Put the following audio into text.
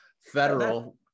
federal